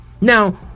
Now